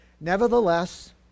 Nevertheless